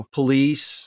police